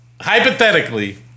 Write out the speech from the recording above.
Hypothetically